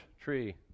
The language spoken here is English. tree